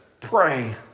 Pray